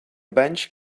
bench